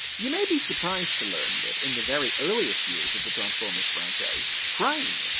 you may be surprised to learn that in the very earliest years of the transformers franchise, prime, but